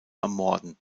ermorden